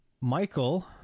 Michael